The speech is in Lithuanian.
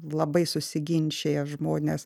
labai susiginčija žmonės